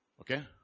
Okay